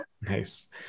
Nice